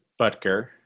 Butker